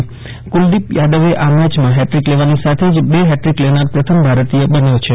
Kuldeep Kuldeep Yadav આ મેચમાં hat trick લેવાની સાથે જ બે હેટ્રિક લેનાર પ્રથમ ભારતીય બન્યો છે